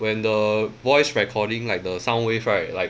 when the voice recording like the sound wave right like